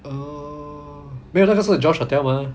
orh 没有那个是 just hotel mah